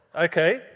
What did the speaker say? Okay